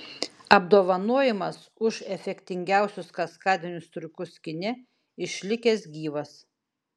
apdovanojimas už efektingiausius kaskadinius triukus kine išlikęs gyvas